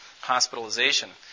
hospitalization